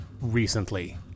recently